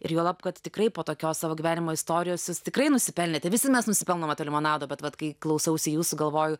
ir juolab kad tikrai po tokios savo gyvenimo istorijos jūs tikrai nusipelnėte visi mes nusipelnome to limonado bet vat kai klausausi jūsų galvoju